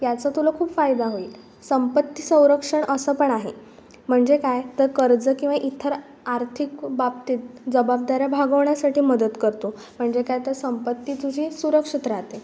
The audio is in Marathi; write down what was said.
याचं तुला खूप फायदा होईल संपत्ती संरक्षण असं पण आहे म्हणजे काय तर कर्ज किंवा इतर आर्थिक बाबतीत जबाबदाऱ्या भागवण्यासाठी मदत करतो म्हणजे काय तर संपत्ती तुझी सुरक्षित राहते